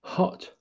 Hot